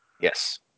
Yes